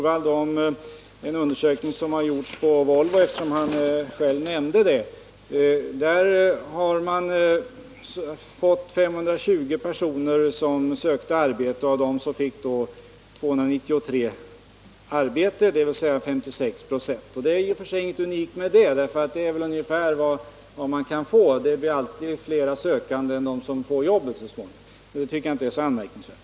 Jag kan referera en undersökning som gjorts på Volvo, eftersom Rune Torwald själv nämnde detta företag. Av 520 personer som sökte fick 293 arbete, dvs. 56 96. Det är inget unikt med det — det är ungefär vad man kan uppnå; det finns alltid flera sökande än det finns jobb, så det tycker jag inte är så anmärkningsvärt.